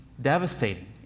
devastating